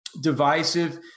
divisive